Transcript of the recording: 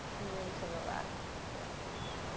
and then to the left, stretch.